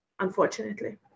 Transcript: unfortunately